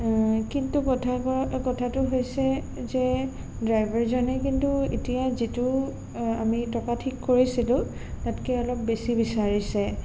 কিন্তু কথাকো কথাটো হৈছে যে ড্ৰাইভাৰজনে কিন্তু এতিয়া যিটো আমি টকা ঠিক কৰিছিলোঁ তাতকৈ অলপ বেছি বিচাৰিছে